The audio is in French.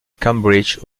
cambridge